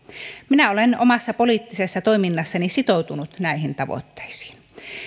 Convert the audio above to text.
minä olen omassa poliittisessa toiminnassani sitoutunut näihin tavoitteisiin